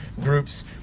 groups